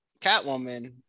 Catwoman